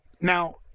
Now